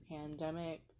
pandemic